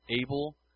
able